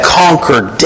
conquered